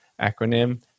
acronym